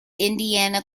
indiana